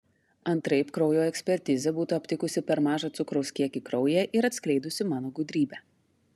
antraip kraujo ekspertizė būtų aptikusi per mažą cukraus kiekį kraujyje ir atskleidusi mano gudrybę